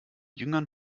jüngern